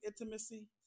intimacy